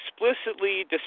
explicitly